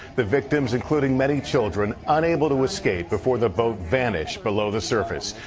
the victims including many children unable to escape before the boat vanished below the surface.